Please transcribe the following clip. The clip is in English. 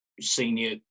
senior